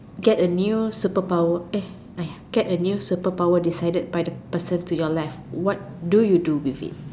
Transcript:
get a new super power eh !aiya! get a new super power decided by the person to your left what do you do with it